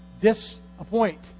disappoint